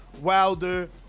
Wilder